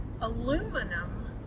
aluminum